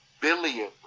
billion